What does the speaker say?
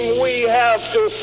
we have to